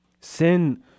Sin